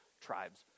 tribes